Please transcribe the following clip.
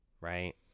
right